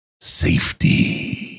safety